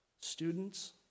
students